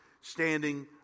standing